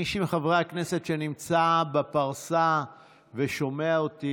מי מחברי הכנסת שנמצא בפרסה ושומע אותי,